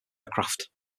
aircraft